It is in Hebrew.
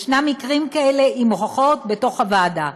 יש מקרים כאלה, עם הוכחות בוועדה.